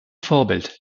vorbild